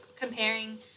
comparing